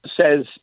says